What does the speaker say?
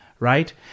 right